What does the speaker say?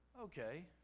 Okay